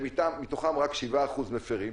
שמתוכם רק 7% מפרים,